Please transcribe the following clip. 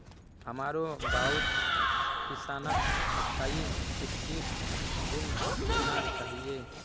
हमारो गांउत किसानक स्थायी कृषिर गुन सीखना चाहिए